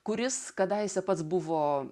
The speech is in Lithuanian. kuris kadaise pats buvo